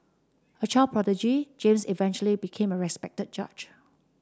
a child prodigy James eventually became a respected judge